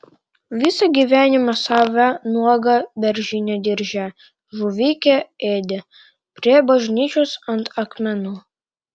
visą gyvenimą save nuogą beržine dirže žuvikę ėdė prie bažnyčios ant akmenų